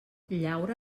llaura